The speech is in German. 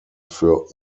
für